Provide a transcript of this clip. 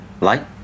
Light